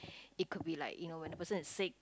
it could be like you know when the person is sick